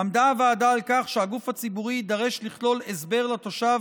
עמדה הוועדה על כך שהגוף הציבורי יידרש לכלול הסבר לתושב